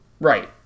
right